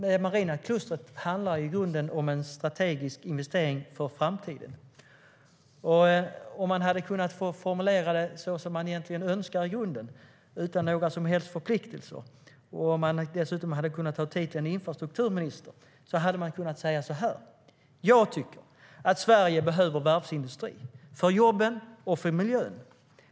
Det maritima klustret handlar i grunden om en strategisk investering för framtiden. Jag tycker att Sverige behöver varvsindustrin för jobben och för miljön.